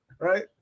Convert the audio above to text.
right